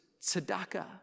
tzedakah